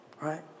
Right